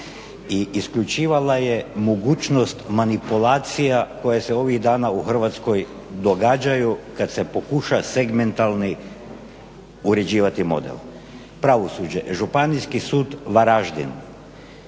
I isključivala je mogućnost manipulacija koje se ovih dana u Hrvatskoj događaju kada se pokuša segmentalni uređivati model. Pravosuđe, Županijski sud Varaždin,